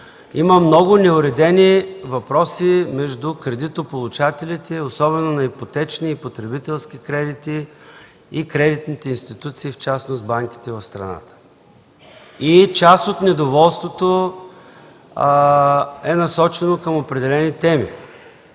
има много неуредени въпроси между кредитополучателите, особено на ипотечни и потребителски кредити, и кредитните институции, в частност банките в страната. Част от недоволството е насочено към определени теми,